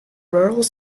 rural